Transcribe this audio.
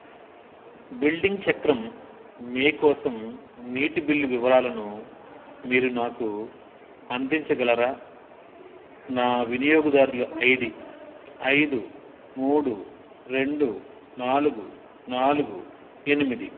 billing చక్రం మే కోసం నీటి బిల్లు వివరాలను మీరు నాకు అందించగలరా నా వినియోగదారుల ఐడి ఐదు మూడు రెండు నాలుగు నాలుగు ఎనిమిది